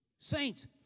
Saints